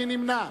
מי נמנע?